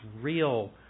real